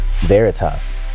Veritas